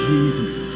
Jesus